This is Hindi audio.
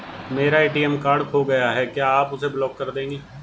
मेरा ए.टी.एम कार्ड खो गया है क्या आप उसे ब्लॉक कर देंगे?